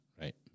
Right